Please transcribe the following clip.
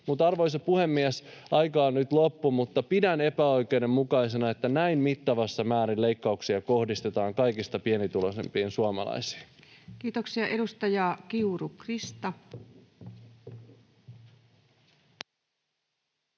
Arvoisa puhemies! Aika on nyt loppu, mutta pidän epäoikeudenmukaisena, että näin mittavassa määrin leikkauksia kohdistetaan kaikista pienituloisimpiin suomalaisiin. [Speech 18] Speaker: Ensimmäinen